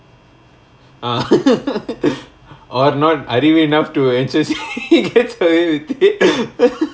orh orh no I didn't read enough to